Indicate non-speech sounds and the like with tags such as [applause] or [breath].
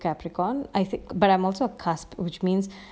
capricorn I think but I'm also cusp which means [breath]